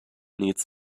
needs